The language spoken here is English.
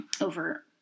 over